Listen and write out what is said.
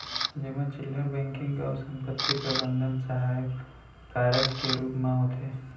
जेमा चिल्लहर बेंकिंग अउ संपत्ति प्रबंधन सहायक कारज के रूप म होथे